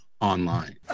online